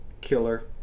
killer